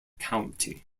county